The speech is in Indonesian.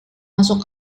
masuk